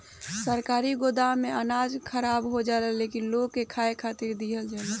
सरकारी गोदाम में अनाज खराब हो जाला लेकिन लोग के खाए खातिर ना दिहल जाला